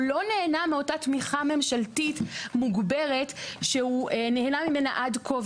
הוא לא נהנה מאותה תמיכה ממשלתית מוגברת שהוא נהנה ממנה עד כה.